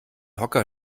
hocker